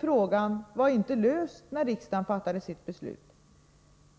Frågan var inte löst när riksdagen fattade sitt beslut.